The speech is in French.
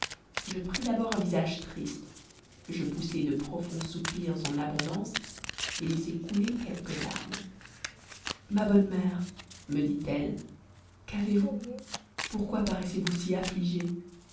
je pris d'abord un visage triste je poussai de profonds soupirs en abondance et laissai couler quelques larmes ma bonne mère me dit-elle qu'avez-vous pourquoi paraissez vous si affligée